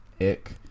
ick